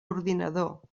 ordinador